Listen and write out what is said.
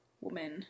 woman